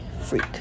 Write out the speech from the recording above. Freak